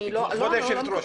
אני לא --- כבוד היושבת ראש,